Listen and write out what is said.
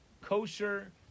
kosher